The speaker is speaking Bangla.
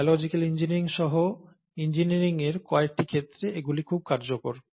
বায়োলজিকাল ইঞ্জিনিয়ারিং সহ ইঞ্জিনিয়ারিংয়ের কয়েকটি ক্ষেত্রে এগুলি খুব কার্যকর